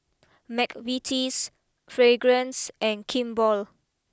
McVitie's Fragrance and Kimball